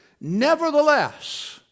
Nevertheless